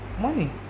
money